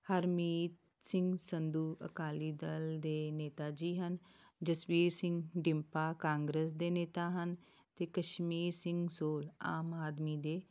ਹਰਮੀਤ ਸਿੰਘ ਸੰਧੂ ਅਕਾਲੀ ਦਲ ਦੇ ਨੇਤਾ ਜੀ ਹਨ ਜਸਵੀਰ ਸਿੰਘ ਡਿੰਪਾ ਕਾਂਗਰਸ ਦੇ ਨੇਤਾ ਹਨ ਅਤੇ ਕਸ਼ਮੀਰ ਸਿੰਘ ਸੂਰ ਆਮ ਆਦਮੀ ਦੇ